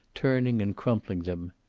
turning and crumpling them.